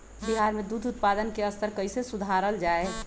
बिहार में दूध उत्पादन के स्तर कइसे सुधारल जाय